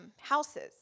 houses